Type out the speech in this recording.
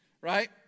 right